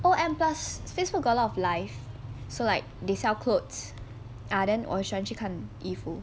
oh and plus facebook got a lot of live so like they sell clothes ah then 我喜欢去看衣服